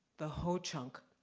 the ho-chunk,